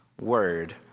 word